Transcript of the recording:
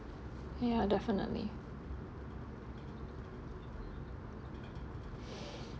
ya definitely